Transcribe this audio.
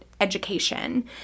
education